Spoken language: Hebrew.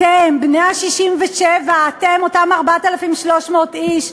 אתם, בני ה-67, אתם, אותם 4,300 איש,